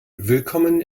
willkommen